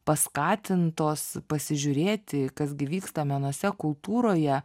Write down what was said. paskatintos pasižiūrėti kas gi vyksta menuose kultūroje